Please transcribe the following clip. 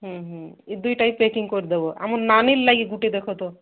ହଁ ହୁଁ ଏ ଦୁଇଟା ଯାକ ପ୍ୟାକିଙ୍ଗ୍ କରିଦେବ ଆମର୍ ନାନୀର୍ ଲାଗି ଗୁଟେ ଦେଖ ତ